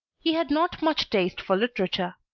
he had not much taste for literature.